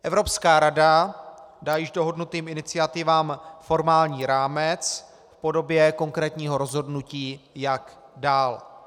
Evropská rada dá již dohodnutým iniciativám formální rámec v podobě konkrétního rozhodnutí, jak dál.